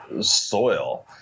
soil